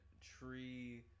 tree